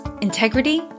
integrity